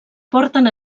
porten